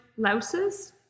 louses